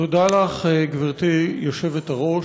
תודה לך, גברתי היושבת-ראש.